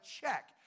check